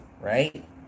right